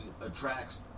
Attracts